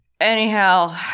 anyhow